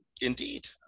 indeed